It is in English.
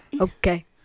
Okay